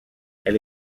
elle